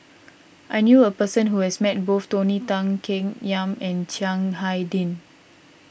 I knew a person who has met both Tony Tan Keng Yam and Chiang Hai Ding